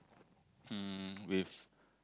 um with